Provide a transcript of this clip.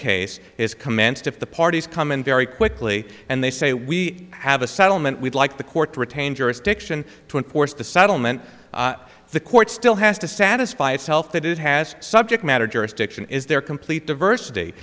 case is commenced if the parties come in very quickly and they say we have a settlement we'd like the court to retain jurisdiction to enforce the settlement the court still has to satisfy itself that it has subject matter jurisdiction is there complete diversity